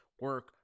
Work